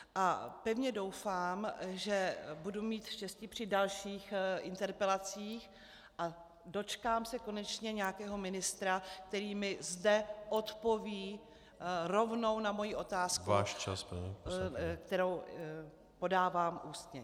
A pevně doufám, že budu mít štěstí při dalších interpelacích a dočkám se konečně nějakého ministra, který mi zde odpoví rovnou na moji otázku , kterou podávám ústně.